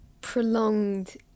prolonged